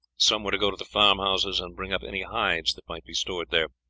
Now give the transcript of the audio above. some were to go to the farmhouses, and bring up any hides that might be stored there,